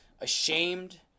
ashamed